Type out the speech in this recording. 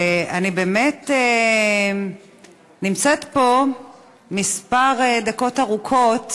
אני באמת נמצאת פה כמה דקות ארוכות